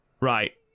Right